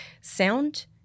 Sound